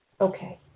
Okay